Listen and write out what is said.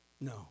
No